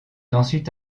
ensuite